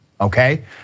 okay